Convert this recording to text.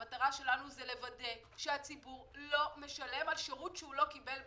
המטרה שלנו זה לוודא שהציבור לא משלם על שירות שהוא לא קיבל בפועל.